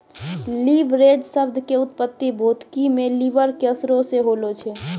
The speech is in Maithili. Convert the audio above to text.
लीवरेज शब्द के उत्पत्ति भौतिकी मे लिवर के असरो से होलो छै